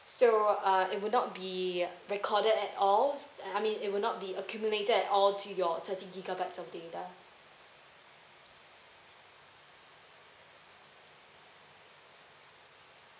so uh it would not be recorder at all I mean it would not be accumulated at all to your thirty gigabyte of data